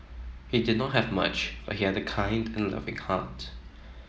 he did not have much but he had the kind and loving heart